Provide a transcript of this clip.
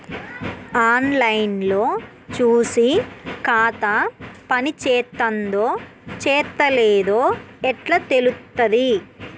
On line లో చూసి ఖాతా పనిచేత్తందో చేత్తలేదో ఎట్లా తెలుత్తది?